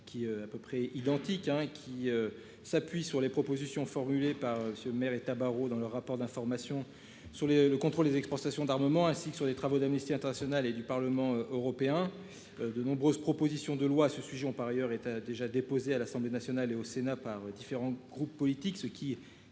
qui à peu près identique hein et qui s'appuie sur les propositions formulées par ce maire Tabarot dans leur rapport d'information sur le contrôle des exportations d'armements, ainsi que sur les travaux d'Amnesty International et du Parlement européen. De nombreuses propositions de loi à ce sujet ont par ailleurs et tu as déjà déposé à l'Assemblée nationale et au Sénat par différents groupes politiques, ce qui